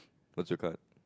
what's your card